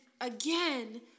again